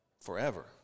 forever